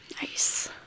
Nice